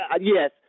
Yes